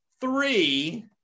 three